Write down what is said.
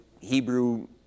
Hebrew